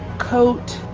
coat,